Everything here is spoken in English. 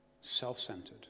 self-centered